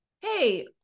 hey